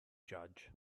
judge